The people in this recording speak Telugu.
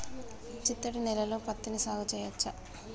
చిత్తడి నేలలో పత్తిని సాగు చేయచ్చా?